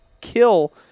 kill